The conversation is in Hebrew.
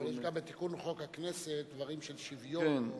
יש גם בתיקון חוק הכנסת דברים של שוויון.